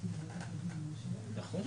חלאס,